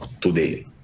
today